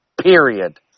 period